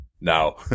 Now